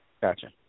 Gotcha